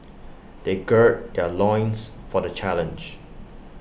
they gird their loins for the challenge